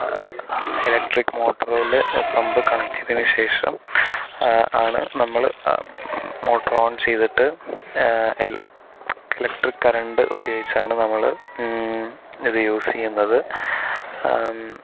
electric മോട്ടറുകളിൽ pump connect ചെയ്തതിന് ശേഷം ആണ് നമ്മൾ മോട്ടർ ഓൺ ചെയ്തിട്ട് ഏ എല ഇലക്ട്രിക് കരണ്ട് ഉപയോഗിച്ചാണ് നമ്മൾ ഇത് യൂസ് ചെയ്യുന്നത്